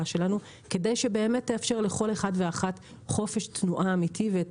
שלנו כדי שבאמת יתאפשר לכל אחת ואחד חופש תנועה אמיתי ואת